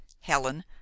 Helen